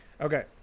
Okay